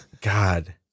God